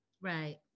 right